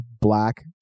black